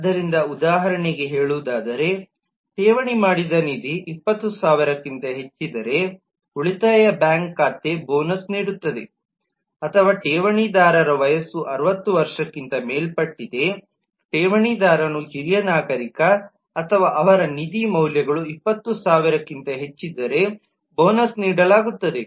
ಆದ್ದರಿಂದ ಉದಾಹರಣೆಯಾಗಿ ಹೇಳುವುದಾದರೆ ಠೇವಣಿ ಮಾಡಿದ ನಿಧಿ 20000 ಕ್ಕಿಂತ ಹೆಚ್ಚಿದ್ದರೆ ಉಳಿತಾಯ ಬ್ಯಾಂಕ್ ಖಾತೆ ಬೋನಸ್ ನೀಡುತ್ತದೆ ಅಥವಾ ಠೇವಣಿದಾರರ ವಯಸ್ಸು 60 ವರ್ಷಕ್ಕಿಂತ ಮೇಲ್ಪಟ್ಟಿದೆ ಠೇವಣಿದಾರನು ಹಿರಿಯ ನಾಗರಿಕ ಅಥವಾ ಅವರ ನಿಧಿ ಮೌಲ್ಯಗಳು 20000 ಕ್ಕಿಂತ ಹೆಚ್ಚಿದ್ದರೆ ಬೋನಸ್ ನೀಡಲಾಗುತ್ತದೆ